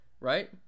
right